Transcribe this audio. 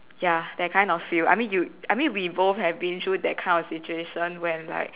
ya that kind of feel I mean you I mean we both have been through that kind of situation when like